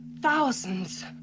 thousands